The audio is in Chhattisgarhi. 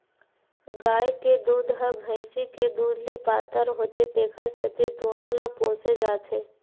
गाय के दूद ह भइसी के दूद ले पातर होथे तेखर सेती दूनो ल पोसे जाथे